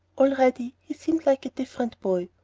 already he seemed like a different boy.